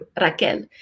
Raquel